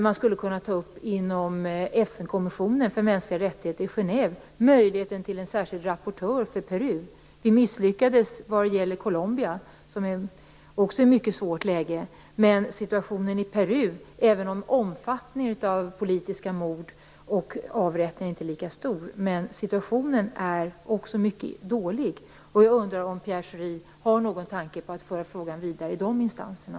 Man skulle också exempelvis inom FN-konventionen för mänskliga rättigheter i Genève kunna ta upp möjligheten till en särskild rapportör i Peru. Vi misslyckades när det gäller Colombia, som ju också är i ett mycket svårt läge. Även om omfattningen av politiska mord och avrättningar i Peru inte är lika stor, är situationen ändå mycket dålig. Jag undrar om Pierre Schori har någon tanke på att föra frågan vidare i de instanserna.